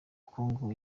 kongo